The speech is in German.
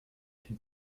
den